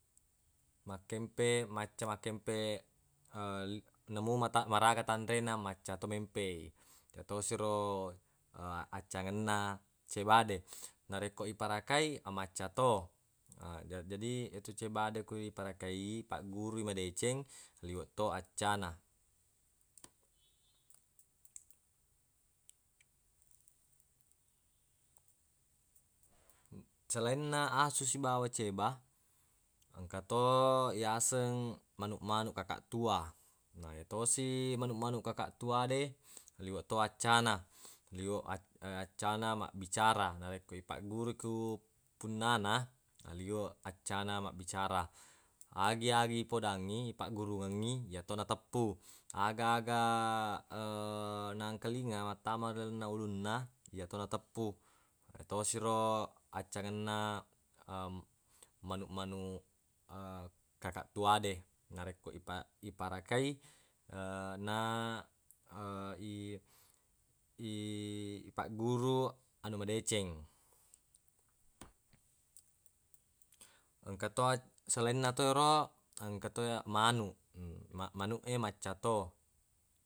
Makkempeq macca makkempeq namo mata- maraga tanre na macca to mempeq i ya tosi ro accangenna ceba de narekko iparakai macca to na jadi yetu ceba de narekko iparakai ipaggurui madeceng liweq to accana selainna asu sibawa ceba engka to yaseng manuq-manuq kakaq tua na yetosi manuq-manuq kakaq tua de liweq to accana liwe ac- accana mabbicara narekko ipaggurui ko punnana liweq accana mabbicara agi-agi ipodangngi ipaggurungengngi iyato na teppu aga-aga nangkalinga mattama ilalenna ulunna yato nateppu pada tosi ro accangenna manuq-manuq kakaq tua de narekko ipa- iparakai na i- i- ipagguru anu madeceng engka to ac- selainna toro engka to manuq manuq e macca to.